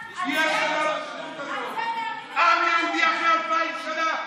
אחרי אלפיים שנה,